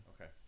Okay